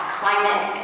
climate